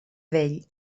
vell